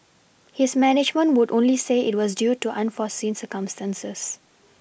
his management would only say it was due to unforeseen circumstances